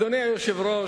אדוני היושב-ראש,